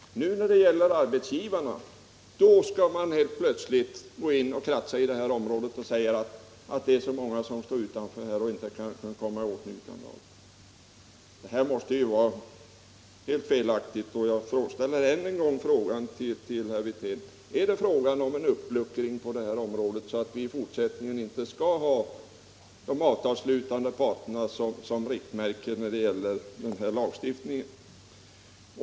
Nu, när det gäller arbetsgivarna, skall man helt plötsligt gå in och kratsa på det här området, och man säger att det är många som står utanför avtal. Detta måste vara helt felaktigt. Jag ställer därför ännu en fråga till herr Wirtén: Är det en uppluckring på det här området, så att vi i fortsättningen inte skall ha de avtalsslutande parterna som riktmärke när det gäller denna lagstiftning?